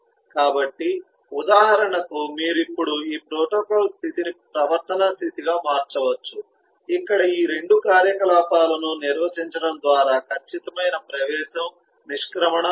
కాబట్టి ఉదాహరణకు మీరు ఇప్పుడు ఈ ప్రోటోకాల్ స్థితిని ప్రవర్తనా స్థితిగా మార్చవచ్చు ఇక్కడ ఈ 2 కార్యకలాపాలను నిర్వచించడం ద్వారా ఖచ్చితమైన ప్రవేశం నిష్క్రమణ ఉంటాయి